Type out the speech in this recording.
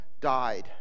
died